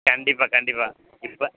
கண்டிப்பாக கண்டிப்பாக இப்போ